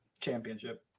Championship